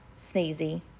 sneezy